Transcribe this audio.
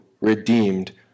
redeemed